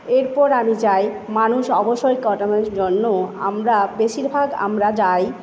এরপর আমি যাই মানুষ অবসর কাটানোর জন্য আমরা বেশীরভাগ আমরা যাই